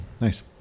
nice